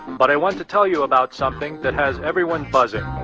but i want to tell you about something that has everyone buzzing